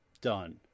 done